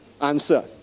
answer